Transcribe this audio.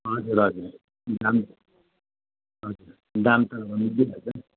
हजुर हजुर दाम दाम त मिलिहाल्छ